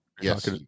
Yes